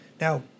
Now